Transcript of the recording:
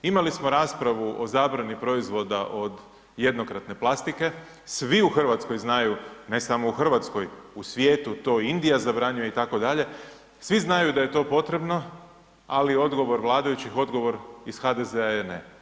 Imali smo raspravu o zabrani proizvoda od jednokratne plastike, svi u Hrvatskoj znaju, ne samo u Hrvatskoj, u svijetu, to Indija zabranjuje, itd., svi znaju da je to potrebno, ali odgovor vladajućih, odgovor iz HDZ-a je ne.